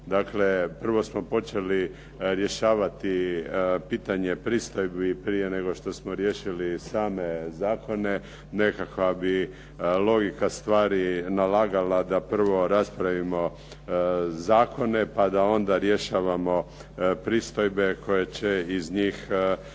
Dakle, prvo smo počeli rješavati pitanje pristojbi prije nego što smo riješili same zakone. Nekakva bi logika stvari nalagala da prvo raspravimo zakone, pa da onda rješavamo pristojbe koje će iz njih proizaći.